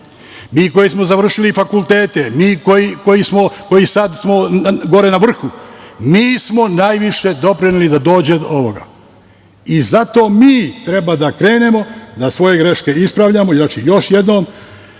mi koji smo završili fakultete, mi koji sad smo gore na vrhu, mi smo najviše doprineli da dođe do ovoga i zato mi treba da krenemo da svoje greške ispravljamo. Znači, još jednom,